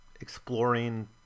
exploring